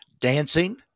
Dancing